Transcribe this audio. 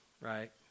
right